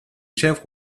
chèvres